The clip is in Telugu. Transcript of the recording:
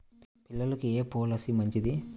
పిల్లలకు ఏ పొలసీ మంచిది?